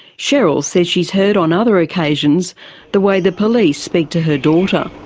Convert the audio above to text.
cheryl says she has heard on other occasions the way the police speak to her daughter.